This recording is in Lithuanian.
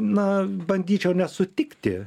na bandyčiau nesutikti